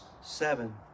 seven